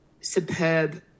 superb